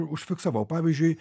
užfiksavau pavyzdžiui